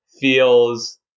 feels